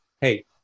hey